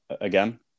again